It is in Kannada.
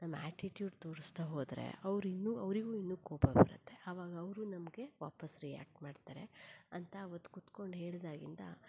ನಮ್ಮ ಆ್ಯಟಿಟ್ಯೂಡ್ ತೋರಿಸ್ತಾ ಹೋದರೆ ಅವ್ರು ಇನ್ನು ಅವರಿಗೂ ಇನ್ನು ಕೋಪ ಬರುತ್ತೆ ಅವಾಗ ಅವರು ನಮಗೆ ವಾಪಸ್ ರಿಯಾಕ್ಟ್ ಮಾಡ್ತರೆ ಅಂತ ಆವತ್ತು ಕುತ್ಕೊಂಡು ಹೇಳಿದಾಗಿಂದ